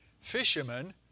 fishermen